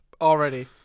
already